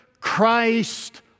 Christ